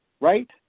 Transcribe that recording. right